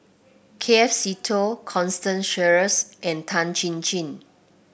K F Seetoh Constance Sheares and Tan Chin Chin